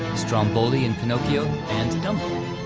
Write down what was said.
stromboli in pinocchio, and dumbo.